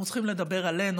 ואנחנו צריכים לדבר עלינו,